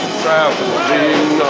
traveling